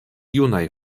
junaj